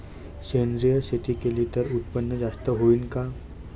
सेंद्रिय शेती केली त उत्पन्न जास्त होईन का?